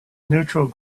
neutral